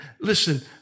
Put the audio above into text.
listen